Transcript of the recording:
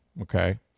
okay